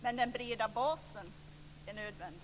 Men den breda basen är nödvändig.